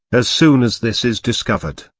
as soon as this is discovered,